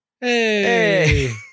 Hey